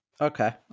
Okay